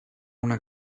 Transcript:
una